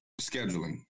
scheduling